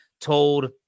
told